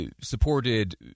supported